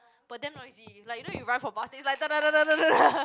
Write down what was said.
but damn noisy like you know you run for bus it's like